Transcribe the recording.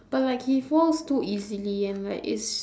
but like he falls too easily and like it's